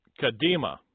Kadima